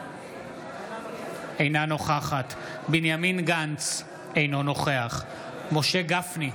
אינה נוכחת בנימין גנץ, אינו נוכח משה גפני,